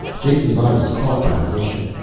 jason's eye was caught by the motion,